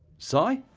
cy?